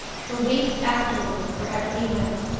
for weeks afterward, wherever he went,